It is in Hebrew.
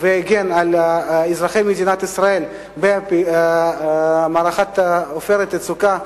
והגן על אזרחי מדינת ישראל במערכה "עופרת יצוקה",